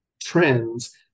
trends